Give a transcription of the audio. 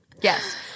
Yes